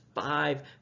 five